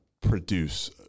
produce